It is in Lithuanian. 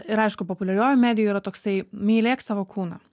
ir aišku populiariojoj medijoj yra toksai mylėk savo kūną